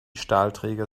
stahlträger